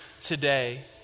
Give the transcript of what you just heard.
today